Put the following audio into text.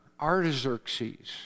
Artaxerxes